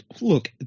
look